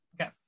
Okay